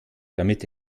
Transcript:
damit